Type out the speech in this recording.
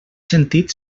sentit